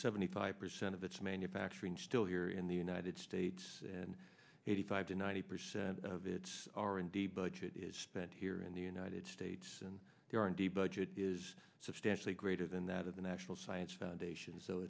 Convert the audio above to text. seventy five percent of its manufacturing still here in the united states and eighty five to ninety percent of its r and d budget is spent here in the united states and the r and d budget is substantially greater than that of the national science foundation so